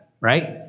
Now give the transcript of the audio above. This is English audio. right